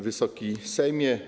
Wysoki Sejmie!